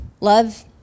Love